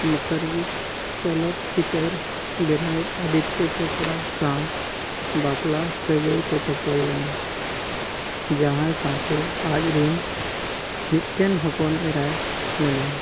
ᱢᱩᱠᱷᱟᱨᱡᱤ ᱪᱚᱞᱚᱛ ᱪᱤᱛᱟᱹᱨ ᱵᱮᱱᱟᱣᱭᱤᱡ ᱟᱫᱤᱛᱛᱚ ᱪᱚᱯᱲᱟ ᱥᱟᱶ ᱵᱟᱯᱞᱟ ᱥᱟᱹᱜᱟᱹᱭᱛᱮ ᱛᱚᱯᱚᱞ ᱞᱮᱱᱟ ᱡᱟᱦᱟᱸᱭ ᱥᱟᱶᱛᱮ ᱟᱡ ᱨᱮᱱ ᱢᱤᱫᱴᱮᱱ ᱦᱚᱯᱚᱱ ᱮᱨᱟᱭ ᱢᱮᱱᱟᱭᱟ